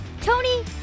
Tony